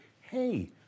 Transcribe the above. hey